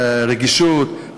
ברגישות,